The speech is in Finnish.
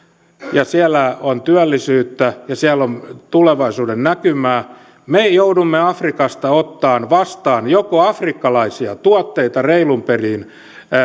ja siellä on työllisyyttä ja siellä on tulevaisuuden näkymää silloin me joudumme afrikasta ottamaan vastaan afrikkalaisia tuotteita reilun pelin